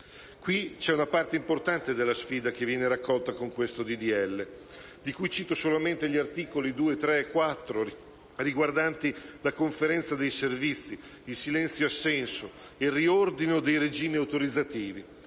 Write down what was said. leggi. Una parte importante della sfida viene raccolta con il disegno di legge in esame, di cui cito solamente gli articoli 2, 3 e 4, riguardanti la Conferenza di servizi, il silenzio assenso e il riordino dei regimi autorizzativi,